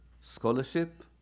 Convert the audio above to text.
scholarship